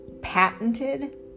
patented